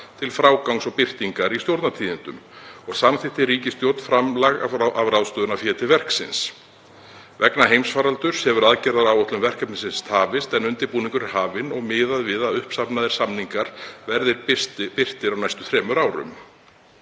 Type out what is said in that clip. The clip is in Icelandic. til frágangs og birtingar í Stjórnartíðindum og samþykkti ríkisstjórn framlag af ráðstöfunarfé til verksins. Vegna heimsfaraldurs hefur aðgerðaáætlun verkefnisins tafist, en undirbúningur er hafinn og miðað við að uppsafnaðir samningar verði birtir á næstu þremur árum.“